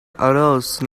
arouse